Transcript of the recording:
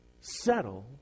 settle